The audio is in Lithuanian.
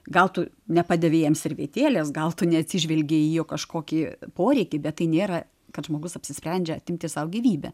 gal tu nepadavei jam servetėlės gal tu neatsižvelgei į jo kažkokį poreikį bet tai nėra kad žmogus apsisprendžia atimti sau gyvybę